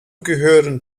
gehören